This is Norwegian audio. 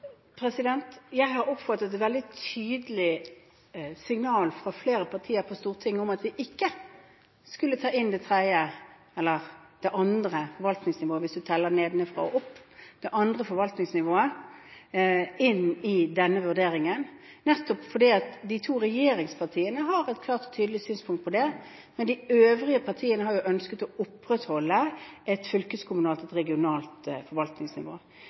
Jeg har oppfattet et veldig tydelig signal fra flere partier på Stortinget om at vi ikke skulle ta inn det tredje forvaltningsnivået – eller det andre, hvis du teller nedenfra og opp – i denne vurderingen. De to regjeringspartiene har et klart og tydelig synspunkt på det, men de øvrige partiene har jo ønsket å opprettholde et fylkeskommunalt, et regionalt, forvaltningsnivå.